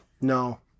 No